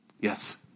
Yes